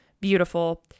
beautiful